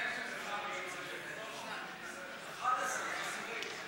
להלן תוצאות ההצבעה: בעד, 45 חברי כנסת,